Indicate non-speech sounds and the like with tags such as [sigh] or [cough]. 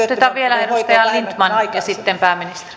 [unintelligible] otetaan vielä edustaja lindtman ja sitten pääministeri